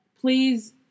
please